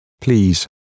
please